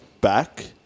back